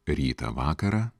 rytą vakarą